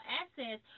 access